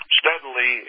steadily